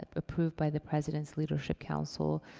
approved by the president's leadership council.